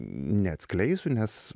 neatskleisiu nes